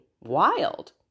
wild